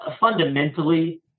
fundamentally